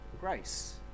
grace